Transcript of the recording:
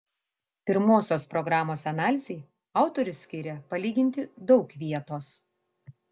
pirmosios programos analizei autorius skiria palyginti daug vietos